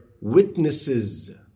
witnesses